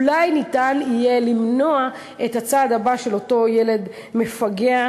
אולי ניתן יהיה למנוע את הצעד הבא של אותו ילד מפגע,